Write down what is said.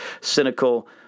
cynical